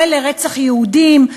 קורא לרצח יהודים,